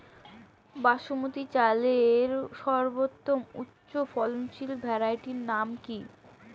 বাসমতী চালের সর্বোত্তম উচ্চ ফলনশীল ভ্যারাইটির নাম কি?